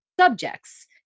subjects